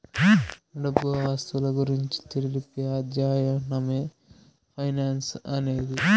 డబ్బు ఆస్తుల గురించి తెలిపే అధ్యయనమే ఫైనాన్స్ అనేది